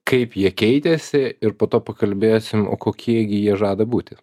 kaip jie keitėsi ir po to pakalbėsim kokie gi jie žada būti